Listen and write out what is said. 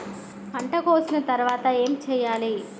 పంట కోసిన తర్వాత ఏం చెయ్యాలి?